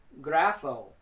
Grapho